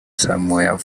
somewhere